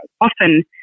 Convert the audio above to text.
often